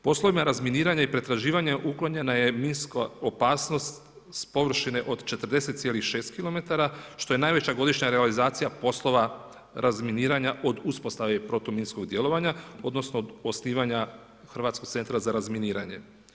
Poslovima razminiranja i pretraživanja uklonjena je minska opasnost s površine od 40,6 kilometara, što je najveća godišnja realizacija poslova razminiranja od uspostave protuminskog djelovanja, odnosno od osnivanja Hrvatskog centra za razminiranje.